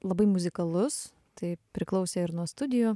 labai muzikalus tai priklausė ir nuo studijų